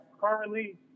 currently